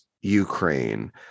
Ukraine